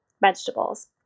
vegetables